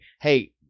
hey